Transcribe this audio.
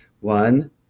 One